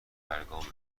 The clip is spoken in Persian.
برگامه